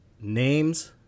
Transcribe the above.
names